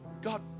God